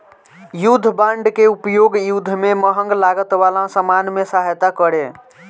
युद्ध बांड के उपयोग युद्ध में महंग लागत वाला सामान में सहायता करे